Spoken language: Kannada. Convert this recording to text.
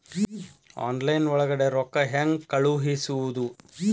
ಆನ್ಲೈನ್ ಒಳಗಡೆ ರೊಕ್ಕ ಹೆಂಗ್ ಕಳುಹಿಸುವುದು?